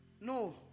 No